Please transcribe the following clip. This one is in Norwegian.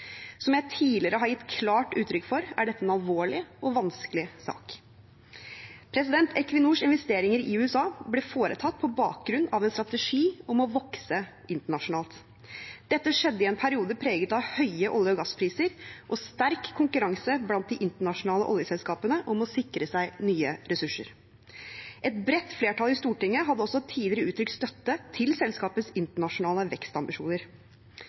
Som jeg tidligere har gitt klart uttrykk for, er dette en alvorlig og vanskelig sak. Equinors investeringer i USA ble foretatt på bakgrunn av en strategi om å vokse internasjonalt. Dette skjedde i en periode preget av høye olje- og gasspriser og sterk konkurranse blant de internasjonale oljeselskapene om å sikre seg nye ressurser. Et bredt flertall i Stortinget hadde også tidligere uttrykt støtte til selskapets internasjonale vekstambisjoner.